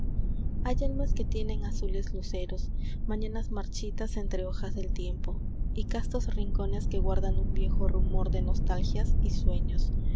ay almas que tienen h azules luceros mañanas marchitas entre hojas del tiempo y castos rincones que guardan un viejo rumor de nostalgias y sueños